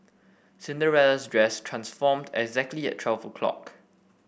Cinderella's dress transformed exactly at twelve o'clock